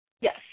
Yes